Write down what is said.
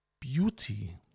beauty